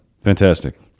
Fantastic